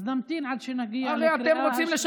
אז נמתין עד שנגיע לקריאה